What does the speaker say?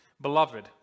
Beloved